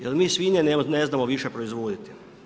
Jer mi svinje ne znamo više proizvoditi.